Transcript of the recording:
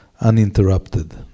uninterrupted